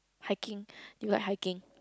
hiking do you like hiking